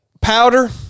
powder